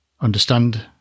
understand